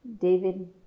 David